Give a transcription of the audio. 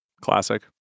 Classic